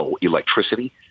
electricity